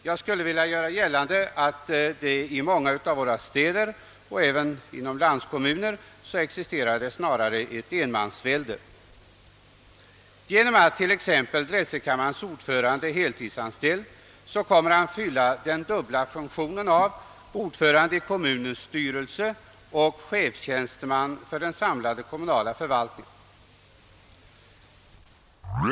Jag skulle vilja göra gällande att det i många städer och även inom många landskommuner existerar ett enmansvälde. Eftersom t.ex. drätselkammarens ordförande är heltidsanställd kommer han att fylla den dubbla funktionen av ordförande i kommunens styrelse och chefstjänsteman för den samlade kommunala förvaltningen.